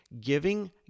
Giving